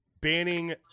banning